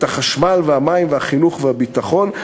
את החשמל והמים והחינוך והביטחון,